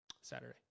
saturday